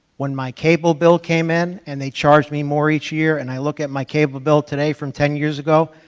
when my cable bill came in and they charged me more each year and i look at my cable bill today from ten years ago,